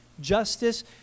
justice